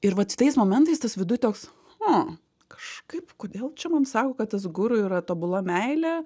ir vat tais momentais tas viduj toks o kažkaip kodėl čia man sako kad tas guru yra tobula meilė